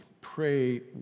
Pray